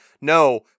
No